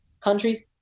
countries